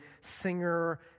singer